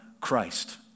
Christ